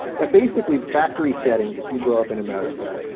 that basically, the factory settings, if you grow up in america,